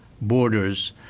Borders